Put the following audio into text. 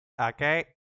Okay